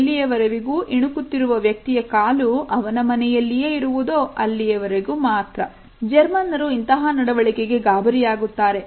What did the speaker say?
ಜರ್ಮನ್ನರು ಇಂತಹ ನಡವಳಿಕೆಗಳಿಗೆ ಗಾಬರಿಯಾಗುತ್ತಾರೆ